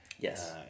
Yes